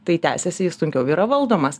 tai tęsiasi jis sunkiau yra valdomas